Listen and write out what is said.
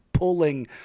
pulling